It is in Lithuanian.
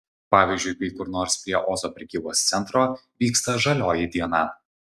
pavyzdžiui kai kur nors prie ozo prekybos centro vyksta žalioji diena